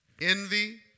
Envy